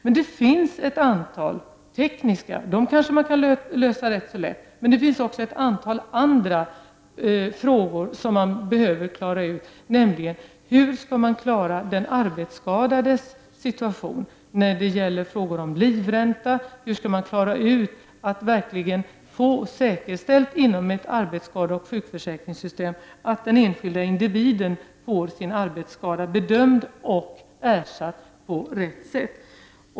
Det finns emellertid ett antal tekniska problem. Dessa kanske man kan lösa ganska enkelt, men det finns också ett antal andra frågor som man behöver klara ut, bl.a. frågan hur man skall klara den arbetsskadades situation, exempelvis när det gäller livräntan. Och hur skall man inom ett sjukförsäkringsoch arbetsskadesystem kunna säkerställa att den enskilda individen får sin arbetsskada bedömd och ersatt på rätt sätt?